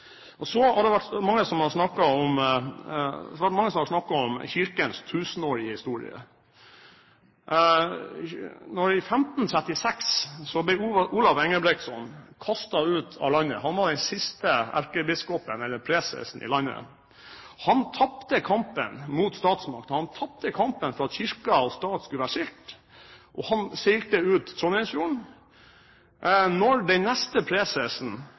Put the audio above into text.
Så har det vært mange som har snakket om Kirkens tusenårige historie. I 1537 ble Olav Engelbrektsson kastet ut av landet. Han var den siste erkebiskopen, eller presesen, i landet. Han tapte kampen mot statsmakten. Han tapte kampen for at kirke og stat skulle være skilt, og han seilte ut Trondheimsfjorden. Når den neste presesen